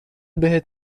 بهت